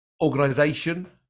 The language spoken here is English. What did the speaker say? organization